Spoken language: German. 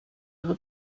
ihre